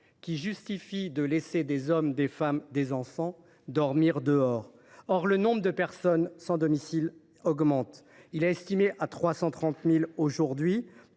justifiant de laisser des hommes, des femmes et des enfants dormir dehors. Or le nombre de personnes sans domicile augmente : il est estimé à 330 000 aujourd’hui,